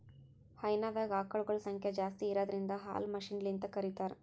ಹೈನಾದಾಗ್ ಆಕಳಗೊಳ್ ಸಂಖ್ಯಾ ಜಾಸ್ತಿ ಇರದ್ರಿನ್ದ ಹಾಲ್ ಮಷಿನ್ಲಿಂತ್ ಕರಿತಾರ್